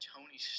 Tony